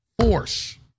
force